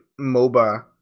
MOBA